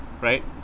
right